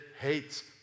hates